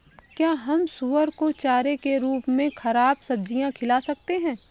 क्या हम सुअर को चारे के रूप में ख़राब सब्जियां खिला सकते हैं?